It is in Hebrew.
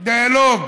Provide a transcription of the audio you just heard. דיאלוג